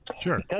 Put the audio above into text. sure